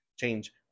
Change